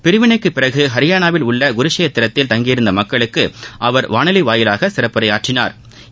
பிரிவினைக்குப் பிறகு ஹரியானாவில் உள்ள குருட்ஷேத்திரத்தில் தங்கியிருந்த மக்களுக்கு அவர் வானொலி மூலம் சிறப்புரையாற்றினாா்